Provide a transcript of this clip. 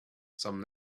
some